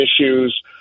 issues